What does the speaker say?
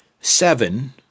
Seven